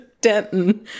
denton